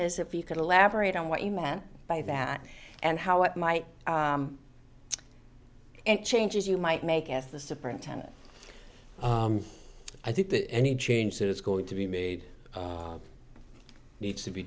is if you could elaborate on what you meant by that and how it might and changes you might make if the superintendent i think that any change that is going to be made needs to be